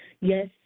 Yes